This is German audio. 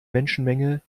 menschenmenge